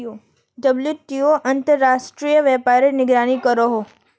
WTO अंतर्राश्त्रिये व्यापारेर निगरानी करोहो